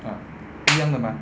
ah 一样的吗